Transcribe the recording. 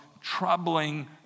troubling